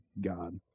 God